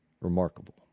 Remarkable